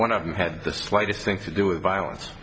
one of them had the slightest thing to do with violence